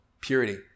purity